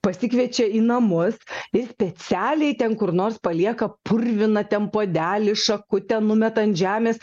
pasikviečia į namus ir specialiai ten kur nors palieka purviną ten puodelį šakutę numeta ant žemės